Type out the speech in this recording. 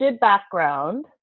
background